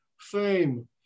fame